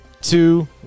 two